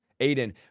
Aiden